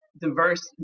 diverse